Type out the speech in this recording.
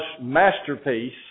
masterpiece